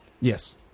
Yes